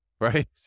Right